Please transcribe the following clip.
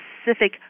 specific